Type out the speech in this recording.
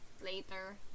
later